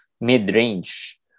mid-range